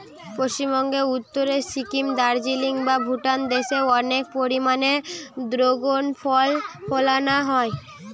পশ্চিমবঙ্গের উত্তরে সিকিম, দার্জিলিং বা ভুটান দেশে অনেক পরিমাণে দ্রাগন ফল ফলানা হয়